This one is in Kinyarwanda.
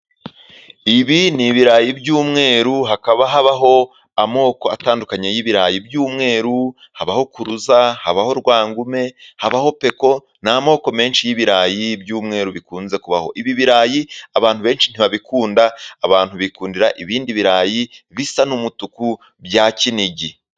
Ibi ni ibirayi by'umweru hakaba habaho amoko atandukanye y'ibirayi by'umweru, habaho kuruza, habaho rwangume, habaho peko n'amoko menshi y'ibirayi by'umweru abantu benshi ntibabikunda, abantu bikundira ibindi birayi bisa n'umutuku bya Kinigi.